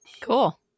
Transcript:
Cool